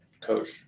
coach